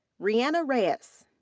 reanna reyes.